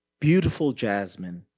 beautiful jasmine!